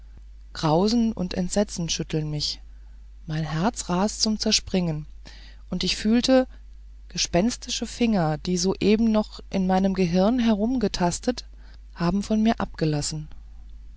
grausen und entsetzen schüttelten mich mein herz raste zum zerspringen und ich fühlte gespenstische finger die soeben noch in meinem gehirn herumgetastet haben von mir abgelassen